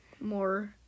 more